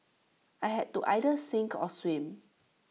I had to either sink or swim